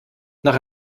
nach